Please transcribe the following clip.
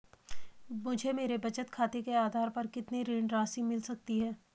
मुझे मेरे बचत खाते के आधार पर कितनी ऋण राशि मिल सकती है?